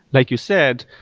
like you said,